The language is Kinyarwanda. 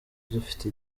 dufite